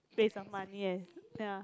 based on money and ya